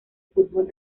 fútbol